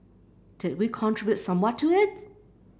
did we contribute somewhat to it